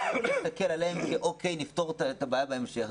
משרד החינוך מסתכל עליהם שצריך לפתור את הבעיה בהמשך.